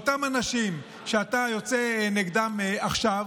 אותם אנשים שאתה יוצא נגדם עכשיו,